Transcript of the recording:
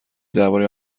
درباره